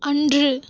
அன்று